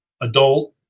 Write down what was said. adult